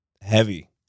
heavy